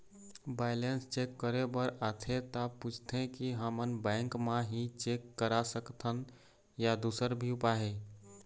Balance check करे बर आथे ता पूछथें की हमन बैंक मा ही चेक करा सकथन या दुसर भी उपाय हे?